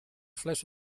fles